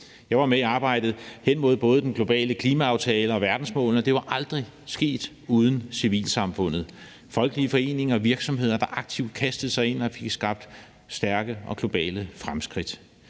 Jeg var med i arbejdet hen imod både den globale klimaaftale og verdensmålene, og det var aldrig sket uden civilsamfundet – folkelige foreninger og virksomheder, der aktivt kastede sig ind og fik skabt stærke og globale fremskridt.